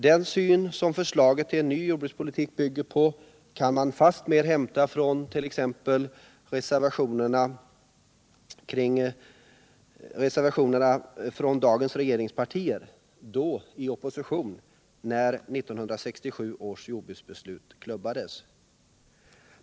Den syn som förslaget till ny jordbrukspolitik bygger på kan man fastmer hämta från t.ex. reservationerna från dagens regeringspartier — då i opposition —- när 1967 års jordbruksbeslut klubbades.